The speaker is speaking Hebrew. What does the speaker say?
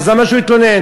אז למה שהוא יתלונן?